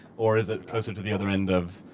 or is it closer to the other end of